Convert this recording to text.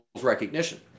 recognition